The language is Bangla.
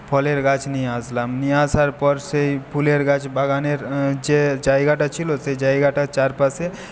ফলের গাছ নিয়ে আসলাম নিয়ে আসার পর সেই ফুলের গাছ বাগানের যে জায়গাটা ছিল সেই জায়গাটার চারপাশে